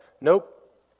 nope